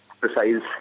precise